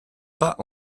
pas